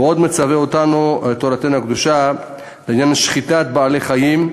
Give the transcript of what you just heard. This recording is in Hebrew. ועוד מצווה אותנו תורתנו הקדושה לעניין שחיטת בעלי-חיים: